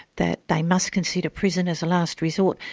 that they must consider prison as a last resort.